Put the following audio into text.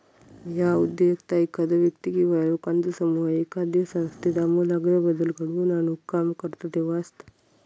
ह्या उद्योजकता एखादो व्यक्ती किंवा लोकांचो समूह एखाद्यो संस्थेत आमूलाग्र बदल घडवून आणुक काम करता तेव्हा असता